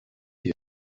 you